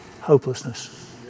Hopelessness